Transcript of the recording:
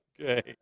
Okay